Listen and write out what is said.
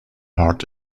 heart